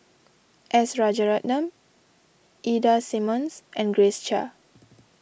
S Rajaratnam Ida Simmons and Grace Chia